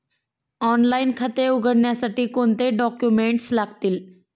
Online खाते उघडण्यासाठी कोणते डॉक्युमेंट्स लागतील?